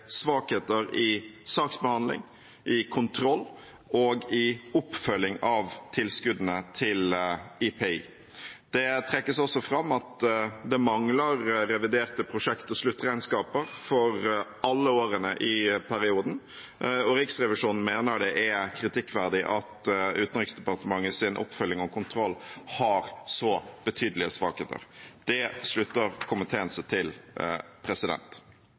svakheter i saksbehandling, i kontroll og i oppfølging av tilskuddene til IPI. Det trekkes også fram at det mangler reviderte prosjekt- og sluttregnskaper for alle årene i perioden. Riksrevisjonen mener det er kritikkverdig at Utenriksdepartementets oppfølging og kontroll har så betydelige svakheter. Det slutter komiteen seg til.